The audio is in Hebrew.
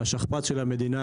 של המדינה,